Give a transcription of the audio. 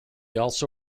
also